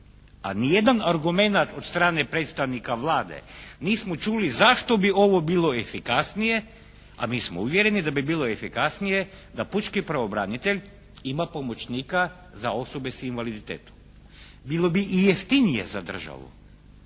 a niti jedan argumenat od strane predstavnika Vlade nismo čuli zašto bi ovo bilo efikasnije, a mi smo uvjereni da bi bilo efikasnije da pučki pravobranitelj ima pomoćnika za osobe s invaliditetom. Bilo bi i jeftinije za državu,